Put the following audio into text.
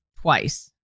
twice